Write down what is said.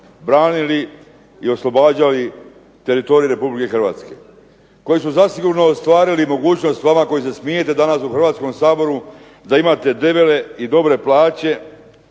branili i oslobađali teritorij Republike Hrvatske. Koji su zasigurno ostvarili mogućnost vama koji se smijete danas u Hrvatskom saboru da imate debele i dobre plaće,